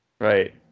right